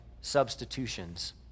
substitutions